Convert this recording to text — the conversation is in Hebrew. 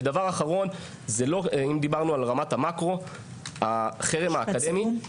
ודבר אחרון, אם דיברנו על רמת המקרו, ראש